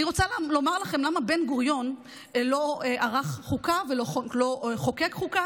אני רוצה לומר לכם למה בן-גוריון לא ערך חוקה ולא חוקק חוקה,